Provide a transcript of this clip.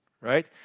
right